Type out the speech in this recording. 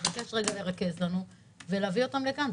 לבקש לרכז לנו ולהביא אותם לכאן.